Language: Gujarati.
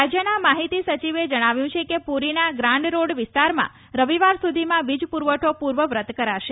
રાજ્યના માહિતી સચિવે જણાવ્યું છે કે પુરીના ગ્રાન્ડ રોડ વિસ્તારમાં રવિવાર સુધીમાં વીજપુરવઠો પુર્વવત કરાશે